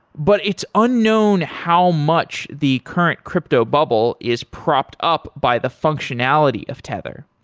but it's unknown how much the current crypto bubble is propped up by the functionality of tether,